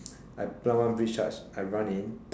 I plant one breach charge I run in